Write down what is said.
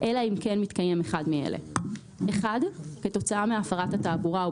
אלא אם כן מתקיים אחד מאלה: כתוצאה מהפרת התעבורה או